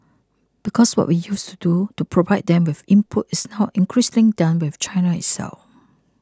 because what we used to do to provide them with inputs is now increasingly done within China itself